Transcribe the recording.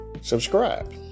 subscribe